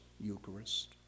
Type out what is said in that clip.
Eucharist